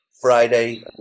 Friday